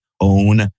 own